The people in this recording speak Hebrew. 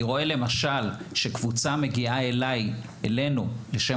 אני רואה למשל שקבוצה מגיעה אלינו למכון